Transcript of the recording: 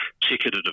ticketed